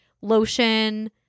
lotion